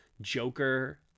Joker